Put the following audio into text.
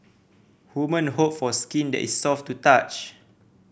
women hope for skin that is soft to touch